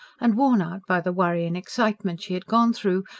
and, worn out by the worry and excitement she had gone through,